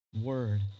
word